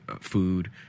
food